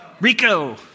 Rico